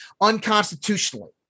unconstitutionally